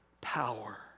power